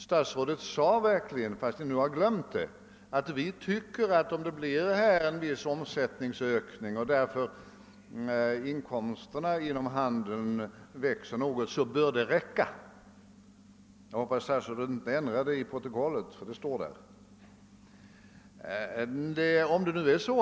Statsrådet sade verkligen, fastän han nu har glömt det, att han tycker att det bör räcka om det blir en viss omsättningsökning och inkomsterna inom handeln därför växer något. Jag hoppas att statsrådet inte ändrar det i protokollet — det står faktiskt så.